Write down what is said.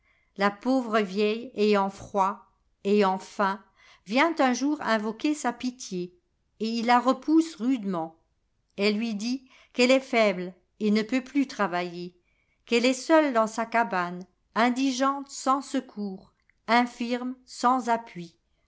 la pauvre vieille ayantfroid ayant faim vient un jour invoquer sa pitié et il la repousse rudement elle lui dit qu'elle est faible et ne peut plus travailler qu'elle est seule dans sa cabane indigente sans secours infirme sans appui